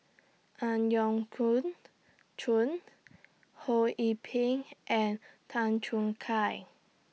Ang Yau Khoon Choon Ho Yee Ping and Tan Choon Kai